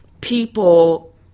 people